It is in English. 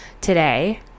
today